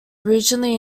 originally